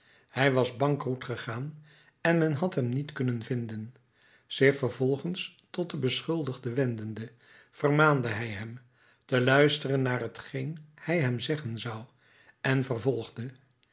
hij was bankroet gegaan en men had hem niet kunnen vinden zich vervolgens tot den beschuldigde wendende vermaande hij hem te luisteren naar hetgeen hij hem zeggen zou en vervolgde